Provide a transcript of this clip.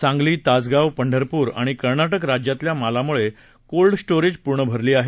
सांगली तासगाव पंढरपूर आणि कर्नाटक राज्यातील मालामुळे कोल्डस्टोरेज पूर्ण भरली आहेत